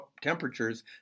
temperatures